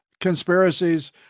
conspiracies